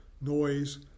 noise